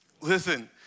Listen